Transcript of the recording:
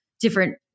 different